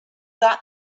got